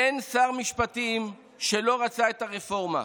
אין שר משפטים שלא רצה את הרפורמה.